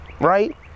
right